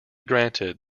granted